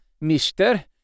mister